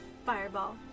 Fireball